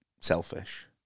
selfish